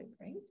right